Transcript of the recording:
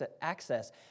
access